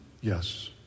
Yes